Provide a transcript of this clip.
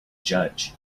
judge